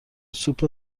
سوپ